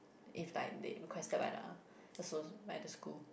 if like they requested by the the so~ by the school